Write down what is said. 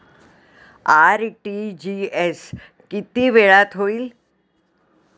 RTGS किती वेळात होईल?